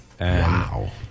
Wow